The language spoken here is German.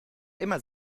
immer